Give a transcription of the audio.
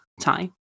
time